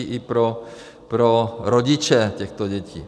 i pro rodiče těchto dětí.